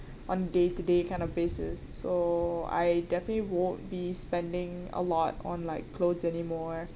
on day to day kind of basis so I definitely won't be spending a lot on like clothes anymore